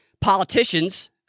politicians